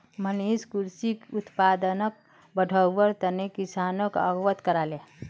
मनीष कृषि उत्पादनक बढ़व्वार तने किसानोक अवगत कराले